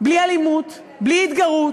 בלי אלימות, בלי התגרות,